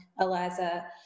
Eliza